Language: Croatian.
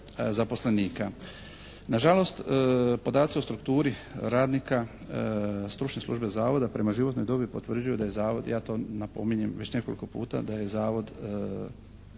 Nažalost podaci o strukturi radnika stručne službe Zavoda prema životnoj dobi potvrđuju da je zavod, ja to napominjem već nekoliko puta da je Zavod